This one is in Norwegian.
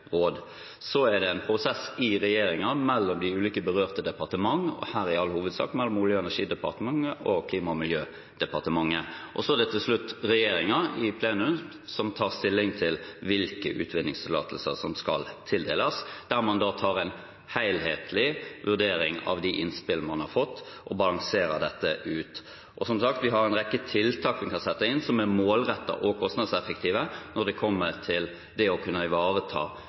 råd. Deretter er det en prosess i regjeringen mellom de ulike berørte departementene, her i all hovedsak mellom Olje- og energidepartementet og Klima- og miljødepartementet. Til slutt er det regjeringen i plenum som tar stilling til hvilke utvinningstillatelser som skal tildeles, der man tar en helhetlig vurdering av de innspillene man har fått, og balanserer dette ut. Som sagt: Vi har en rekke tiltak en kan sette inn som er målrettede og kostnadseffektive når det kommer til å kunne ivareta